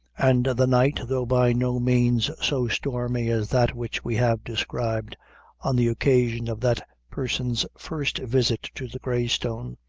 and the night though by no means so stormy as that which we have described on the occasion of that person's first visit to the grey stone,